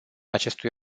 acestui